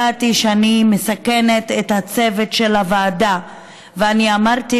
עמדתי, כיושבת-ראש הוועדה לקידום מעמד האישה,